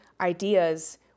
ideas